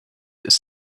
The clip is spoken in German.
ist